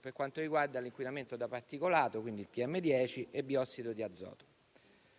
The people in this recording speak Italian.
per quanto riguarda l'inquinamento da particolato (il PM10) e il biossido di azoto.